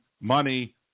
money